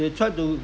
they try to